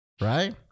Right